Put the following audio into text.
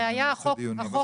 כראיה, החוק אושר.